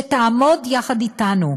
שתעמוד יחד אתנו,